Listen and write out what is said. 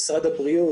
ממשרד הבריאות,